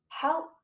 help